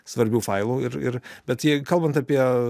svarbių failų ir ir bet jei kalbant apie